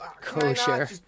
kosher